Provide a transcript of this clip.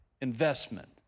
investment